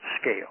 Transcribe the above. scale